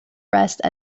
rest